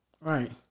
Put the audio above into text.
Right